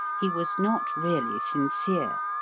he was not really sincere.